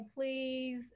please